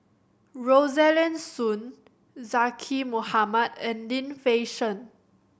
Rosaline Soon Zaqy Mohamad and Lim Fei Shen